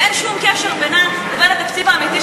ואין שום קשר בינה לבין התקציב האמיתי,